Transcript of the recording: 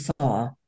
saw